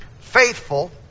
faithful